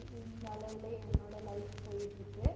இந்த அளவில் என்னோட லைஃப் போயிட்டு இருக்கு